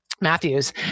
Matthews